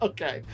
Okay